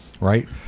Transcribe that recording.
right